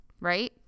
right